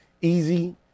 easy